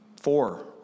Four